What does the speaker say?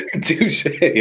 Touche